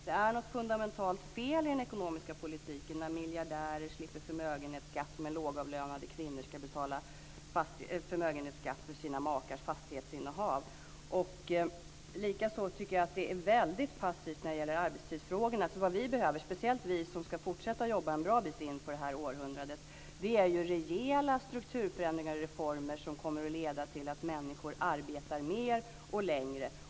Det är något fundamentalt fel i den ekonomiska politiken när miljardärer slipper förmögenhetsskatt medan lågavlönade kvinnor ska betala förmögenhetsskatt för sina makars fastighetsinnehav. Likaså tycker jag att man är väldigt passiv i arbetstidsfrågorna. Vad vi som ska fortsätta jobba en bra bit in på det här århundradet behöver är rejäla strukturförändringar och reformer som kommer att leda till att människor arbetar mer och längre.